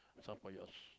this one for your